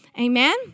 Amen